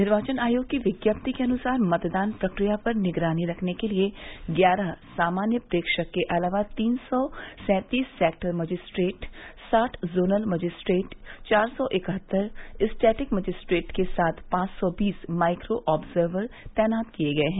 निर्वाचन आयोग की विज्ञप्ति के अनुसार मतदान प्रक्रिया पर निगरानी रखने के लिए ग्यारह सामान्य प्रेक्षक के अलावा तीन सौ सैंतीस सेक्टर मजिस्ट्रेट साठ जोनल मजिस्ट्रेट चार सै इकहत्तर स्टैटिक मजिस्ट्रेट के साथ पांच सौ बीस माइक्रो ऑब्जर्वर तैनात किये गये है